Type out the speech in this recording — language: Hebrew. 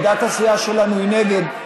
עמדת הסיעה שלנו היא נגד,